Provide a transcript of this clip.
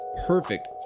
perfect